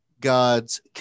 God's